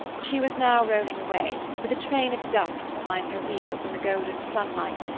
she was now rolling away, with a train of dust behind her wheels in the golden sunlight,